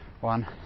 One